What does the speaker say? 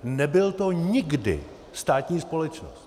Nebyla to nikdy státní společnost.